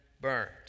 burned